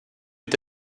est